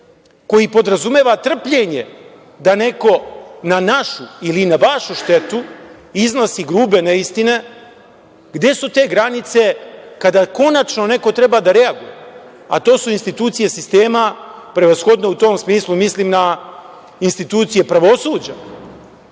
koji podrazumeva trpljenje da neko na našu ili na vašu štetu iznosi grube neistine? Gde su te granice kada konačno neko treba da reaguje, a to su institucije sistema, prevashodno u tom smislu mislim na institucije pravosuđa?